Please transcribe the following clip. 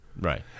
Right